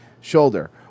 Shoulder